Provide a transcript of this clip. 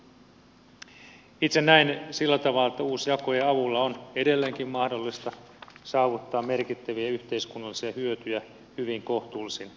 itse näen sillä tavalla että uusjakojen avulla on edelleenkin mahdollista saavuttaa merkittäviä yhteiskunnallisia hyötyjä hyvin kohtuullisin kustannuksin